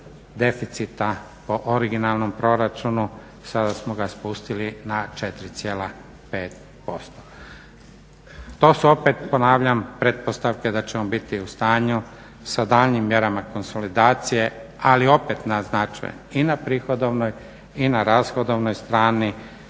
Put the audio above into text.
po originalnom proračunu, sada smo ga spustili na 4,5%. To su opet, ponavljam pretpostavke da ćemo biti u stanju sa daljnjim mjerama konsolidacije, ali opet naznačujem i na prihodovnoj i na rashodovnoj strani